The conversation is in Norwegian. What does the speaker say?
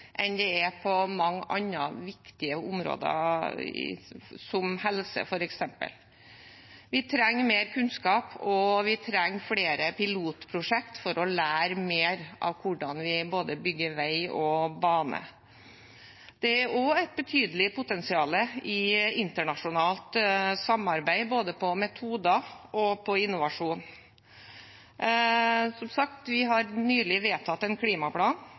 enn det er på mange andre viktige områder, som f.eks. helse. Vi trenger mer kunnskap, og vi trenger flere pilotprosjekter for å lære mer av hvordan vi bygger både vei og bane. Det er også et betydelig potensial i internasjonalt samarbeid om både metoder og innovasjon. Vi har som sagt nylig vedtatt en klimaplan,